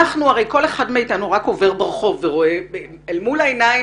הרי כל אחד מאיתנו עובר ברחוב ורואה מול העיניים